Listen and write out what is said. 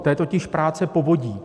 To je totiž práce povodí.